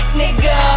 nigga